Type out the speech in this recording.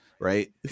right